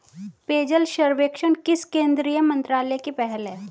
पेयजल सर्वेक्षण किस केंद्रीय मंत्रालय की पहल है?